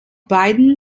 beiden